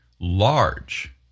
large